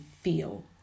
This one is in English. feel